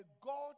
God